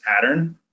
pattern